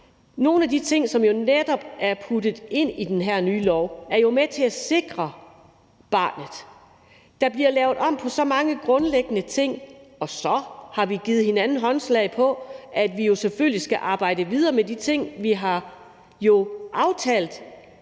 nogle af de ting, der er puttet ind i den her nye lov, jo er med til at sikre barnet. Der bliver lavet om på så mange grundlæggende ting, og så har vi givet hinanden håndslag på, at vi jo selvfølgelig skal arbejde videre med de ting, vi har aftalt